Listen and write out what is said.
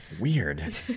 Weird